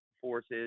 forces